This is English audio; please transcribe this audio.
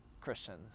Christians